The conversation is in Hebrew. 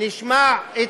נשמע את